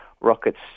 Rockets